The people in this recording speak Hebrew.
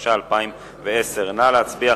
התש"ע 2010. נא להצביע,